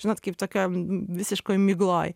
žinot kaip tokio visiškoj migloj